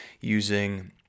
Using